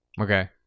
Okay